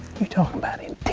you talk about intense!